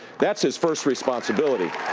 that's his first responsibility.